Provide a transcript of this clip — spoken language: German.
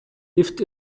hilft